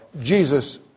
Jesus